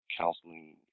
counseling